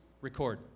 record